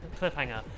Cliffhanger